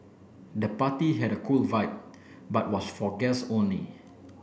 the party had a cool vibe but was for guests only